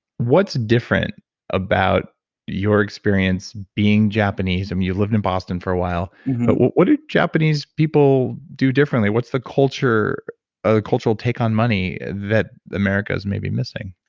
what's different about your experience being japanese? i mean, you've lived in boston for a while. but what what do japanese people do differently? what's the ah cultural take on money that america's maybe missing?